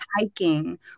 hiking